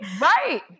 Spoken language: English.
right